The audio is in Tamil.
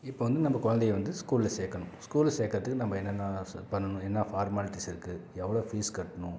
இப்போது வந்து நம்ம கொழந்தைய வந்து ஸ்கூலில் சேர்க்கணும் ஸ்கூலில் சேர்க்கறதுக்கு நம்ம என்னென்னால் சு பண்ணணும் என்ன ஃபார்மாலிட்டீஸ் இருக்குது எவ்வளோ ஃபீஸ் கட்டணும்